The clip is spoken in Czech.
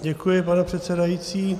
Děkuji, pane předsedající.